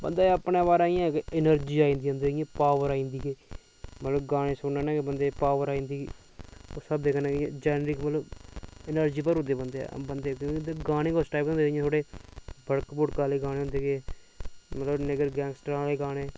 बंदे गी अपने बारे इक ऐनर्जी आई जंदी पावर आई जंदी मतलव गाने सिनने कन्नै बंदे गी पावर आई जंदी ओह् गाने गै ओस टाईप दे होंदे बडक बूडक आह्लै गाने होंदे मतलव गैंगस्टा आह्लै गाने